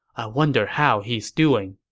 i wonder how he's doing.